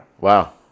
Wow